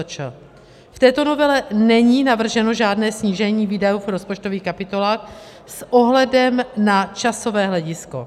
V této novele není navrženo žádné snížení výdajů v rozpočtových kapitolách s ohledem na časové hledisko.